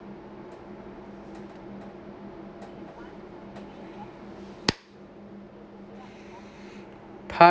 part